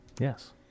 Yes